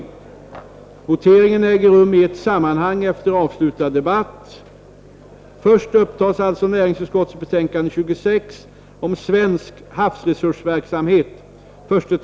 Voteringarna äger rum i ett sammanhang efter avslutad debatt. Först upptas alltså näringsutskottets betänkande 26 om svensk havsresursverksamhet.